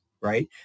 right